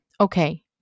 Okay